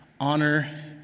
honor